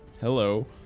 Hello